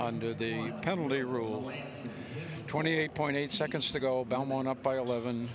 under the penalty ruling twenty eight point eight seconds to go down on up by eleven